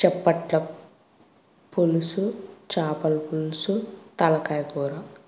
చెప్పట్ల పులుసు చేపల పులుసు తలకాయ కూర